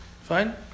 Fine